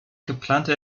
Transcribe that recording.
geplante